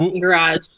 garage